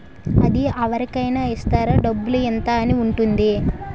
అది అవరి కేనా ఇస్తారా? డబ్బు ఇంత అని ఉంటుందా?